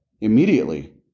immediately